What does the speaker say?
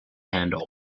handle